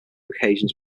occasions